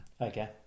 Okay